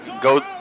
go